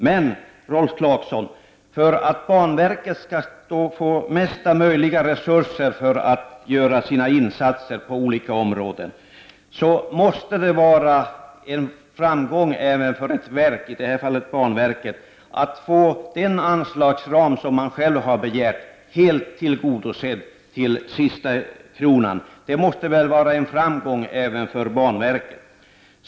För att banverket, Rolf Clarkson, skall få mesta möjliga resurser för sina insatser på olika områden måste det vara en framgång även för ett verk, i det här fallet banverket, att få den anslagsram verket självt har begärt till sista kronan helt tillgodosedd. Det måste väl vara en framgång även för banverket!